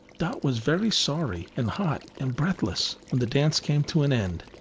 dot was very sorry, and hot, and breathless, when the dance came to an end.